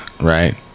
right